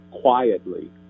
quietly